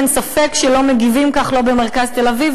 אין ספק שלא מגיבים כך לא במרכז תל-אביב,